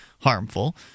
harmful –